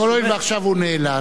אבל הואיל ועכשיו הוא נאלץ,